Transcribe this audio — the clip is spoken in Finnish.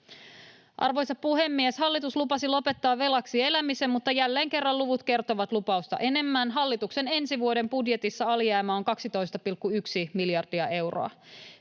Arvoisa puhemies! Hallitus lupasi lopettaa velaksi elämisen, mutta jälleen kerran luvut kertovat lupausta enemmän. Hallituksen ensi vuoden budjetissa alijäämä on 12,1 miljardia euroa.